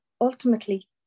ultimately